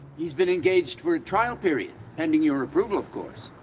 he's been engaged for a trial period, pending your approval, of course.